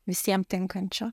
visiem tinkančio